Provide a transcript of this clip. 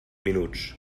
minuts